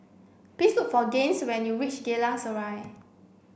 please look for Gaines when you reach Geylang Serai